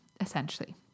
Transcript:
essentially